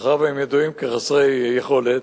מאחר שהם ידועים כחסרי יכולת.